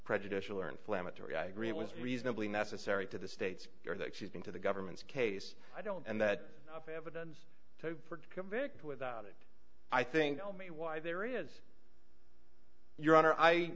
prejudicial or inflammatory i agree it was reasonably necessary to the states that she's been to the government's case i don't and that evidence to convict without it i think all me why there is your honor i